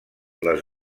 les